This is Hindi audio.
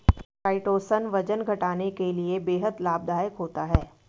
काइटोसन वजन घटाने के लिए बेहद लाभदायक होता है